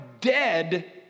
dead